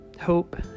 Hope